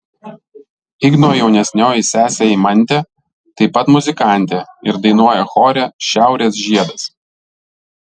igno jaunesnioji sesė eimantė taip pat muzikantė ir dainuoja chore šiaurės žiedas